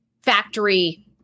factory